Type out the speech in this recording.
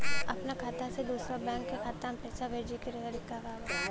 अपना खाता से दूसरा बैंक के खाता में पैसा भेजे के तरीका का बा?